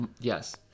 yes